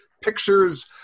pictures